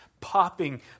popping